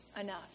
enough